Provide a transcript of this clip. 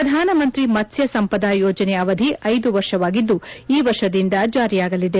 ಪ್ರಧಾನಮಂತ್ರಿ ಮತ್ತ್ನ ಸಂಪದ ಯೋಜನೆ ಅವಧಿ ಐದು ವರ್ಷವಾಗಿದ್ಲು ಈ ವರ್ಷದಿಂದ ಜಾರಿಯಾಗಲಿದೆ